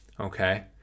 Okay